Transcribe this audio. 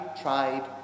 tribe